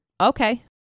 Okay